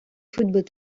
football